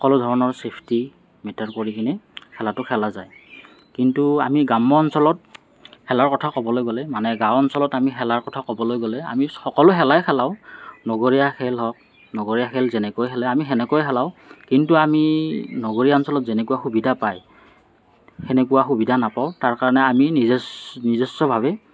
সকলো ধৰণৰ safety matter কৰি কিনে খেলাটো খেলা যায় কিন্তু আমি গ্ৰাম্য অঞ্চলত খেলৰ কথা ক'বলৈ গ'লে মানে গাঁৱৰ অঞ্চলত আমি খেলাৰ কথা ক'বলৈ গ'লে আমি সকলো খেলাই খেলাওঁ নগৰীয়া খেল হওঁক নগৰীয়া খেল যেনেকৈ খেলে আমি সেনেকৈয়ে খেলাওঁ কিন্তু আমি নগৰীয়া অঞ্চলত যেনেকুৱা সুবিধা পায় সেনেকুৱা সুবিধা নাপাওঁ তাৰ বাবে আমি নিজস্ব নিজস্বভাৱে